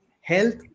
Health